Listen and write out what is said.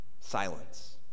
Silence